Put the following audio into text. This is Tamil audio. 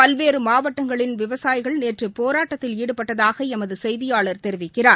பல்வேறுமாவட்டங்களில் விவசாயிகள் நேற்றுபோராட்டத்தில் ஈடுபட்டதாகளமதுசெய்தியாளர் தெரிவிக்கிறார்